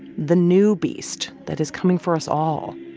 the new beast that is coming for us all.